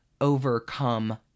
overcome